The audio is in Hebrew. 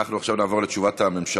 אנחנו עכשיו נעבור לתשובת הממשלה.